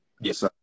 Yes